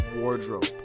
wardrobe